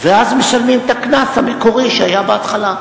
ואז משלמים את הקנס המקורי שהיה בהתחלה.